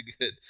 good